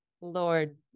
Lord